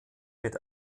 mit